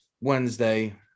Wednesday